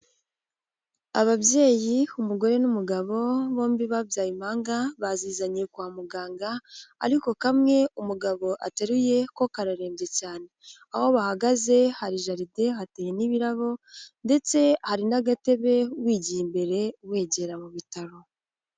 Ababyeyi, umugore n'umugabo, bombi babyaye impanga bazizananiye kwa muganga, ariko kamwe umugabo ateruye ko kararembye cyane, aho bahagaze hari jaride, hateye n'ibirabo ndetse hari n'agatebe wigiye imbere wegera mu bitaro.